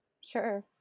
sure